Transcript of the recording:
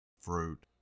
fruit